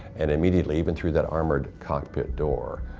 and immediately even through that armored cockpit door,